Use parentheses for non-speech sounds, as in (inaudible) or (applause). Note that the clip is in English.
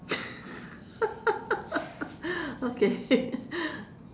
(laughs) okay (laughs)